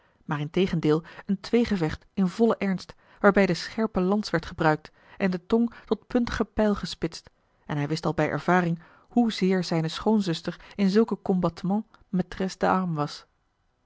maar integendeel een tweegevecht in vollen ernst waarbij de scherpe lans werd gebruikt en de tong tot puntige pijl gespitst en hij wist al bij ervaring hoezeer zijne schoonzuster in zulk combattement maitresse d'armes was